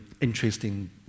interesting